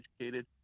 educated